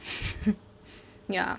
ya